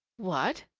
what!